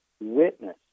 witness